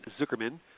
Zuckerman